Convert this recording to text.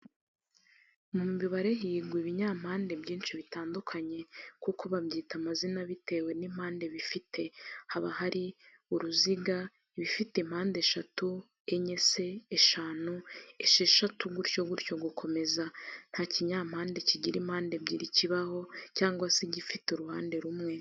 Mu mibare higwa ibinyampande byinshi bitandukanye kuko babyita amazina bitewe n'impande bifite. Haba hari uruziga, ibifite impande eshatu, enye se ,eshanu, esheshatu gutyo gutyo gukomeza. Nta kinyampamde kigira impande ebyiri kibaho cyangwa se igifite uruhande rumwe.